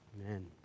Amen